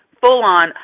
full-on